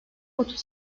otuz